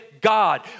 god